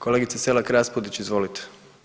Kolegice Selak Raspudić, izvolite.